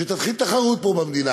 שתתחיל תחרות פה במדינה.